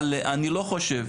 אבל אני לא חושב